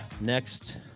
Next